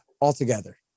altogether